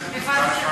הבנתי,